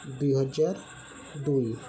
ଦୁଇହଜାର ଦୁଇ